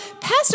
Pastor